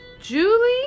Julie